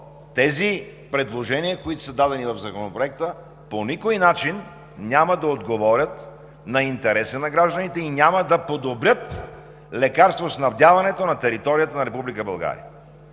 тези предложения, които са дадени в Законопроекта, по никой начин няма да отговорят на интереса на гражданите и няма да подобрят лекарствоснабдяването на територията на